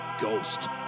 Ghost